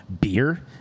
beer